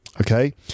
Okay